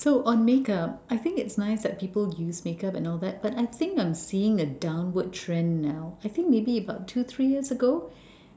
so on makeup I think it's nice that people use makeup and all that but I think I'm seeing a downward trend now I think maybe about two three years ago